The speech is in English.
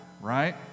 Right